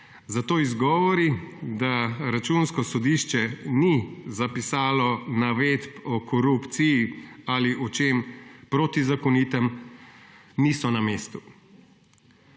zato izgovori, da Računsko sodišče ni zapisalo navedb o korupciji ali o čem protizakonitem, niso na mestu.